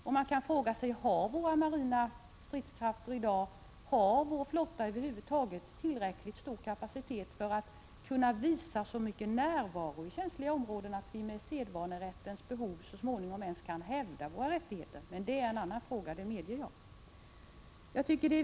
Man kan då fråga sig: Har våra marina stridskrafter i dag och vår flotta tillräckligt stor kapacitet för att kunna visa så pass mycket närvaro i känsliga områden att vi utifrån sedvanerätten kan hävda våra rättigheter, eller ärt.o.m. detta omöjligt? Jag medger emellertid att det här är en annan fråga.